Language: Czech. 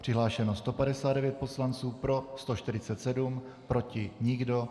Přihlášeno 159 poslanců, pro 147, proti nikdo.